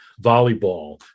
volleyball